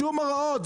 בשום הוראות,